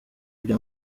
ibya